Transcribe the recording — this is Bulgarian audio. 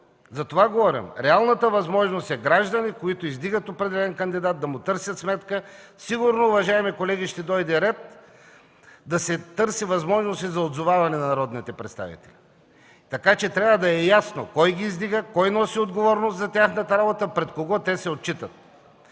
За това говорим. Реалната възможност е граждани, които издигат определен кандидат, да му търсят сметка. Сигурно, уважаеми колеги, ще дойде ред да се търси възможност и за отзоваване на народните представители, така че трябва да е ясно кой ги издига, кой носи отговорност за тяхната работа, пред кого те се отчитат.